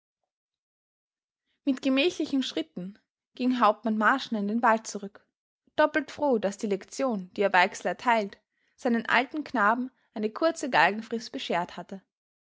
mit gemächlichen schritten ging hauptmann marschner in den wald zurück doppelt froh daß die lektion die er weixler erteilt seinen alten knaben eine kurze galgenfrist bescheert hatte